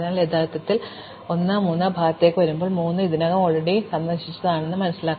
അതിനാൽ യഥാർത്ഥത്തിൽ 1 3 ഭാഗത്തേക്ക് വരുമ്പോൾ 3 ഇതിനകം സന്ദർശിച്ചതായി ഞാൻ കണ്ടെത്തും